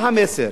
מה המסר?